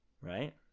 Right